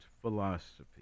Philosophy